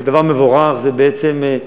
זה דבר מבורך.